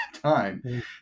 time